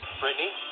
Brittany